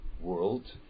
world